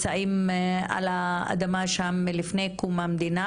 לפני קום המדינה,